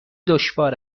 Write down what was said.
دشوار